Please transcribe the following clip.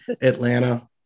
Atlanta